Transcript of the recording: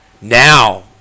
now